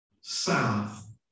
south